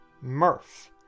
Murph